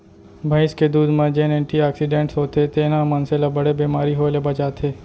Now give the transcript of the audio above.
भईंस के दूद म जेन एंटी आक्सीडेंट्स होथे तेन ह मनसे ल बड़े बेमारी होय ले बचाथे